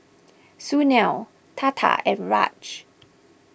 Sunil Tata and Raj